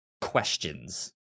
questions